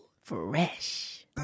Fresh